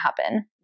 happen